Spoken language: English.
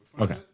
Okay